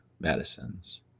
medicines